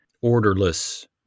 orderless